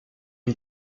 une